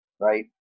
right